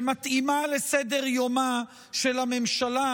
שמתאימה לסדר יומה של הממשלה,